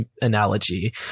analogy